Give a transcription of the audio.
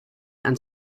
and